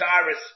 Cyrus